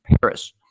Paris